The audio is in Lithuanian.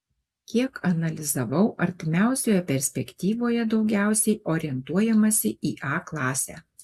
kiek analizavau artimiausioje perspektyvoje daugiausiai orientuojamasi į a klasę